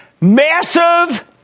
Massive